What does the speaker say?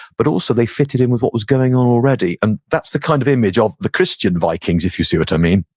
but also they fitted in with what was going on already and that's the kind of image of the christian vikings, if you see what i mean,